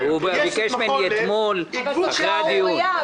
זאת שערורייה.